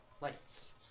lights